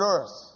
Earth